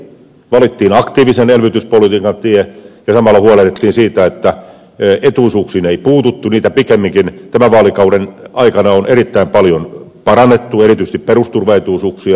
valittiin aktiivisen elvytyspolitiikan tie ja samalla huolehdittiin siitä että etuisuuksiin ei puututtu niitä pikemminkin tämän vaalikauden aikana on erittäin paljon parannettu erityisesti perusturvaetuisuuksia